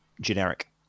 generic